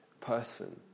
person